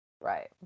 right